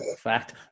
fact